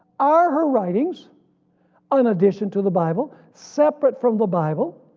are her writings an addition to the bible, separate from the bible?